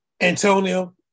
Antonio